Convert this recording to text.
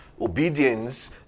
Obedience